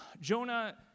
Jonah